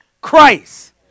Christ